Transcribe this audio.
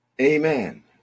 Amen